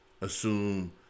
assume